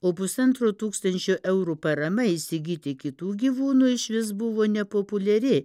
o pusantro tūkstančio eurų parama įsigyti kitų gyvūnų išvis buvo nepopuliari